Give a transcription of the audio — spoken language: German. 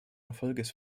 erfolges